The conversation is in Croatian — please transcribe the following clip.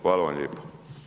Hvala vam lijepo.